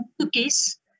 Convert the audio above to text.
cookies